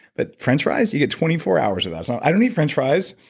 but french fries? you get twenty four hours of that, so i don't eat french fries.